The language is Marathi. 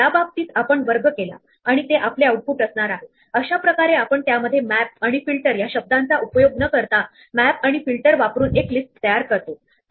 तर क्यू चा विशेष वापर करणे म्हणजे सर्च स्पेस द्वारे पद्धतशीरपणे अन्वेषण करणे होय